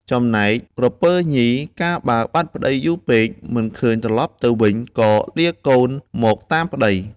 ចំណែកក្រពើញី កាលបើបាត់ប្ដីយូរពេក មិនឃើញត្រឡប់ទៅវិញ ក៏លាកូនមកតាមប្ដី ។